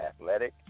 athletic